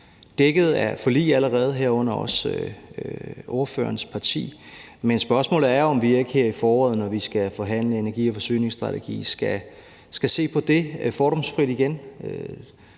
dækket af et forlig allerede, herunder også med ordførerens parti, men spørgsmålet er jo, om vi ikke her i foråret, når vi skal forhandle energi- og forsyningsstrategi, skal se på det fordomsfrit igen.